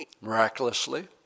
miraculously